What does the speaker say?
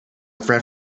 friend